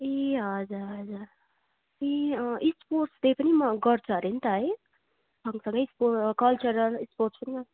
ए हजुर हजुर ए स्पोर्ट्स डे पनि म गर्छ अरे नि त है सँग सँगै स्पो कल्चरल स्पोर्ट्स पनि